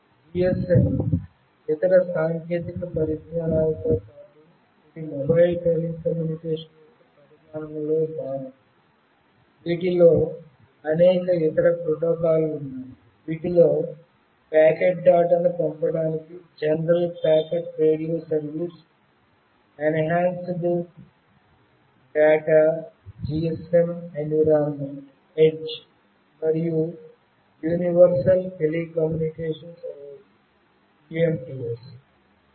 GSM ఇతర సాంకేతిక పరిజ్ఞానాలతో పాటు ఇది మొబైల్ టెలికమ్యూనికేషన్ యొక్క పరిణామంలో భాగం వీటిలో అనేక ఇతర ప్రోటోకాల్లు ఉన్నాయి వీటిలో ప్యాకెట్ డేటా ను పంపడానికి general packet radio service enhanced data GSM environment మరియు యూనివర్సల్ మొబైల్ టెలికమ్యూనికేషన్ సర్వీస్ ఉన్నాయి